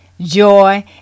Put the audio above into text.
joy